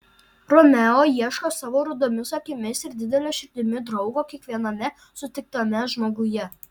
romeo ieško savo rudomis akimis ir didele širdimi draugo kiekviename sutiktame žmoguje